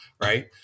right